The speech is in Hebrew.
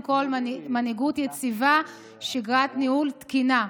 כול מנהיגות יציבה ושגרת ניהול תקינה.